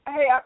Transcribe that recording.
Hey